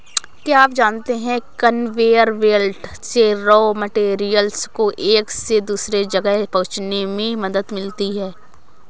क्या आप जानते है कन्वेयर बेल्ट से रॉ मैटेरियल्स को एक से दूसरे जगह पहुंचने में मदद मिलती है?